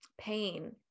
pain